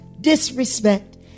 disrespect